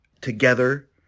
together